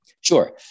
Sure